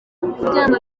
kuryama